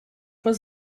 was